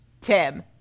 Tim